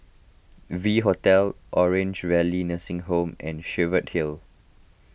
V Hotel Orange Valley Nursing Home and Cheviot Hill